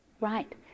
Right